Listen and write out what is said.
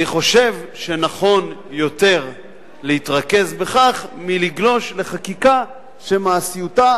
אני חושב שנכון יותר להתרכז בכך מלגלוש לחקיקה שמעשיותה,